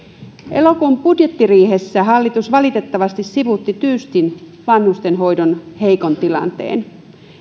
elokuun budjettiriihessä hallitus valitettavasti sivuutti tyystin vanhustenhoidon heikon tilanteen